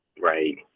Right